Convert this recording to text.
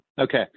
Okay